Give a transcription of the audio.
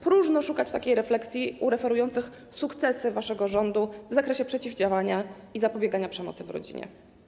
Próżno szukać takiej refleksji u referujących, mówiąc w cudzysłowie, sukcesy waszego rządu w zakresie przeciwdziałania i zapobiegania przemocy w rodzinie.